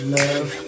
love